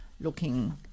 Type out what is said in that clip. looking